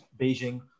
Beijing